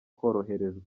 koroherezwa